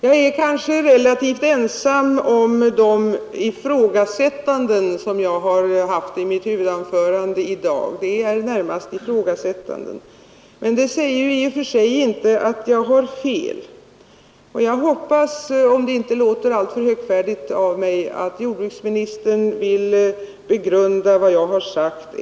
Jag är kanske relativt ensam om de ifrågasättanden som jag har gjort i mitt huvudanförande i dag. Men det säger i och för sig inte att jag hat fel. Jag hoppas — om det inte låter alltför högfärdigt — att jordbruksministern ett varv till vill begrunda vad jag har sagt.